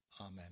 Amen